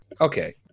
okay